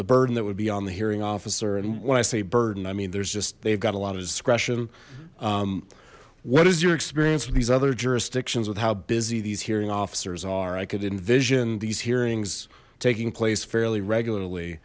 burden that would be on the hearing officer and when i say burden i mean there's just they've got a lot of discretion what is your experience with these other jurisdictions with how busy these hearing officers are i could envision these hearings taking place fairly regularly